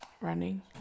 Running